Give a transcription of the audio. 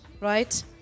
right